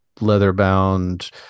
leather-bound